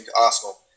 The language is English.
Arsenal